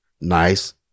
nice